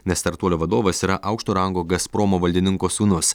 nes startuolio vadovas yra aukšto rango gazpromo valdininko sūnus